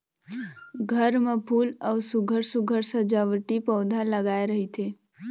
घर म फूल अउ सुग्घर सुघ्घर सजावटी पउधा लगाए रहिथे